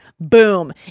boom